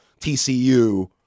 TCU